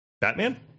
Batman